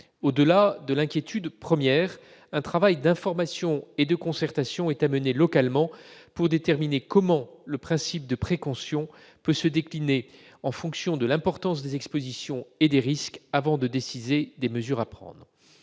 Au-delà de l'inquiétude première, un travail d'information et de concertation est à mener localement pour déterminer comment le principe de précaution peut se décliner en fonction de l'importance des expositions et des risques avant de décider des mesures à prendre.